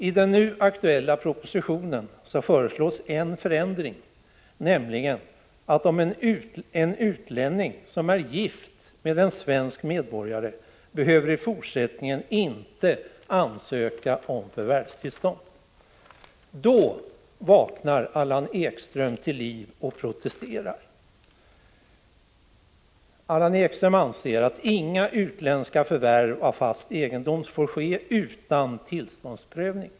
I den nu aktuella propositionen föreslås en förändring, nämligen att en utlänning som är gift med en svensk medborgare i fortsättningen inte behöver ansöka om förvärvstillstånd. Då vaknar Allan Ekström till liv och protesterar. Han anser att inga utländska förvärv av fast egendom får ske utan tillståndsprövning.